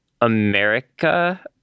America